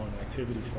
activity